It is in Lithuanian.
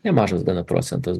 nemažas gana procentas